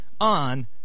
on